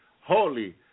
Holy